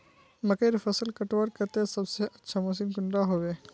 मकईर फसल कटवार केते सबसे अच्छा मशीन कुंडा होबे?